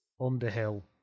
Underhill